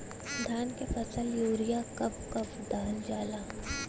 धान के फसल में यूरिया कब कब दहल जाला?